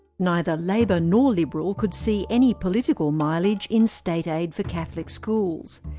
neither labor nor liberal could see any political mileage in state-aid for catholic schools.